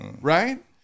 Right